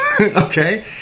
Okay